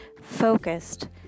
focused